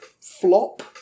Flop